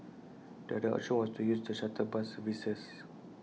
the other option was to use the shuttle bus services